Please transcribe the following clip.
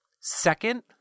Second